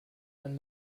ein